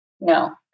no